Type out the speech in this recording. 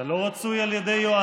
אתה לא רצוי על ידי יועציך,